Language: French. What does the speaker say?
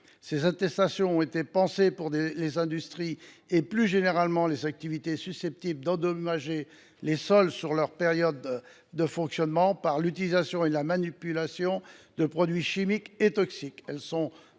Ces attestations ont été conçues pour les industries et, plus généralement, pour les activités susceptibles d’endommager les sols durant leur période de fonctionnement du fait de l’utilisation et de la manipulation de produits chimiques et toxiques.